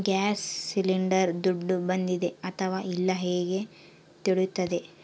Gas cylinder ದುಡ್ಡು ಬಂದಿದೆ ಅಥವಾ ಇಲ್ಲ ಹೇಗೆ ತಿಳಿಯುತ್ತದೆ?